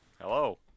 hello